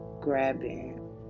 grabbing